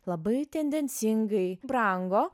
labai tendencingai brango